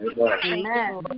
Amen